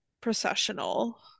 processional